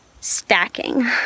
stacking